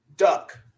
duck